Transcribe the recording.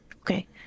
okay